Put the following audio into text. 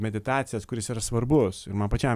meditacijas kuris yra svarbus ir man pačiam